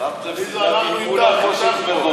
אנחנו אתך.